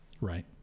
Right